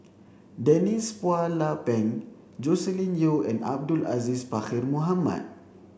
Denise Phua Lay Peng Joscelin Yeo and Abdul Aziz Pakkeer Mohamed